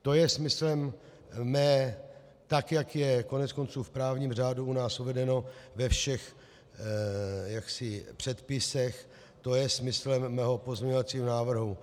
To je smyslem mého, tak jak je koneckonců v právním řádu u nás uvedeno ve všech předpisech, to je smyslem mého pozměňovacího návrhu.